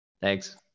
Thanks